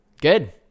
good